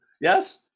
Yes